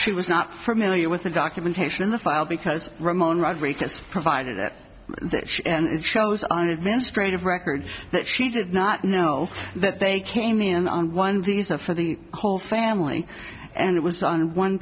she was not familiar with the documentation in the file because ramon rodriquez provided it and it shows on administrative records that she did not know that they came in on one visa for the whole family and it was on one